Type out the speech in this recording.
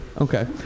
Okay